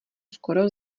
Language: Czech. skoro